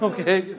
Okay